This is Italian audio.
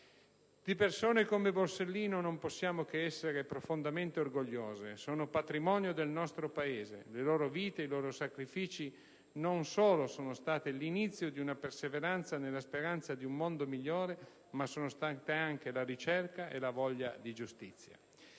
Di persone come Borsellino non possiamo che essere profondamente orgogliosi. Sono patrimonio del nostro Paese. Le loro vite, i loro sacrifici non solo sono stati l'inizio di una perseveranza nella speranza di un mondo migliore, ma sono stati anche la ricerca e la voglia di giustizia.